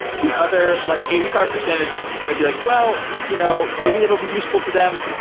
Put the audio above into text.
the other like eighty five percent is going to be like, well, you know maybe it'll be useful to them,